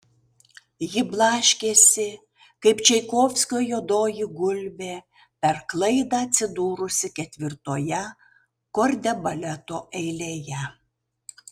ji blaškėsi kaip čaikovskio juodoji gulbė per klaidą atsidūrusi ketvirtoje kordebaleto eilėje